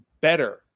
better